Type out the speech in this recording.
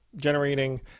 generating